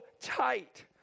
tight